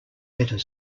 better